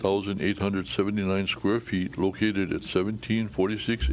thousand eight hundred seventy nine square feet located at seventeen forty six